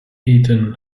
eaton